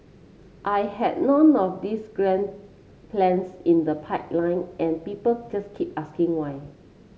I had none of this grand plans in the pipeline and people just keep asking why